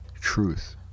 truth